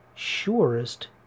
surest